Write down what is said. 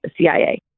CIA